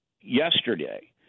yesterday